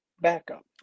backup